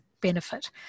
benefit